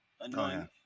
annoying